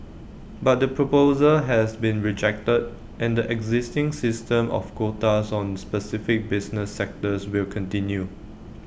but the proposal has been rejected and the existing system of quotas on specific business sectors will continue